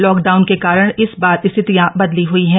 lockdown का कारण इस बार स्थितियां बदली हई हैं